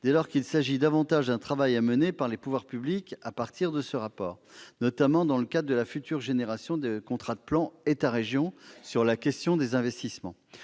dès lors qu'il s'agit davantage d'un travail à mener par les pouvoirs publics à partir de ce rapport, notamment dans le cadre de la future génération de contrats de plan État-région, les CPER, s'agissant des investissements.